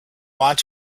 want